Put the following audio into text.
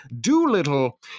Doolittle